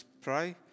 pray